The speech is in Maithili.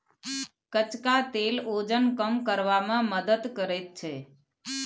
कचका तेल ओजन कम करबा मे मदति करैत छै